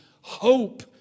hope